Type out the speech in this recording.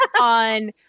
on